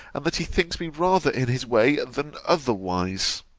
and that he thinks me rather in his way than otherwise.